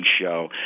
Show